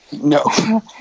no